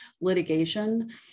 litigation